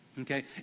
Okay